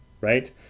Right